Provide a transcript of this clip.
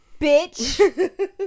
Bitch